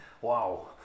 wow